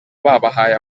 babahaye